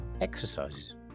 exercises